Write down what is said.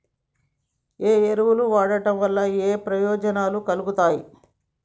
ఏ ఎరువులు వాడటం వల్ల ఏయే ప్రయోజనాలు కలుగుతయి?